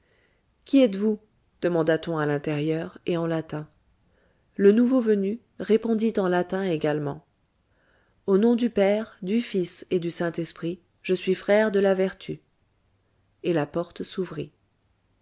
qui êtes-vous demanda-t-on à l'intérieur et en latin le nouveau venu répondit en latin également au nom du père du fils et du saint-esprit je suis frère de la vertu et la porte s'ouvrit